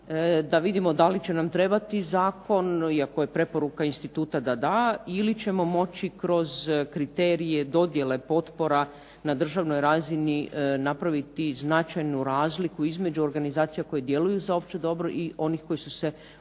da vidimo da li će nam trebati zakon, iako je preporuka instituta da da ili ćemo moći kroz kriterije dodjele potpora na državnoj razini napraviti značajnu razliku između organizacija koje djeluju za opće dobro i onih koji su se osnovali